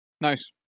Nice